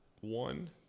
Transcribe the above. one